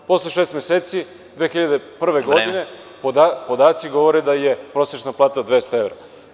Posle šest meseci 2001. godine podaci govore da je prosečna plata 200 evra.